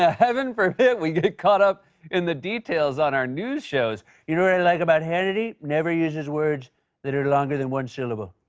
ah heaven forbid we get caught up in the details on our news shows. you know what i like about hannity? never uses words that are longer than one syllable.